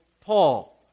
Paul